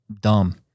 dumb